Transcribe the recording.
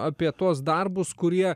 apie tuos darbus kurie